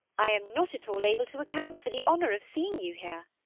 i am not at all able to account for the honour of seeing you here.